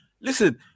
Listen